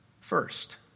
first